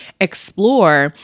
explore